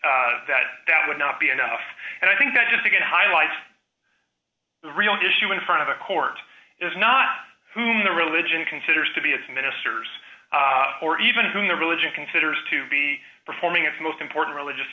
data that that would not be enough and i think that just to get highlights real issue in front of a court is not whom the religion considers to be its ministers or even whom the religion considers to be performing its most important religious